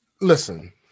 listen